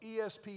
ESPN